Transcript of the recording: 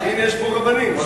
להמשיך.